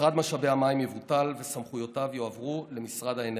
משרד משאבי המים יבוטל וסמכויותיו יועברו למשרד האנרגיה,